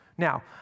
Now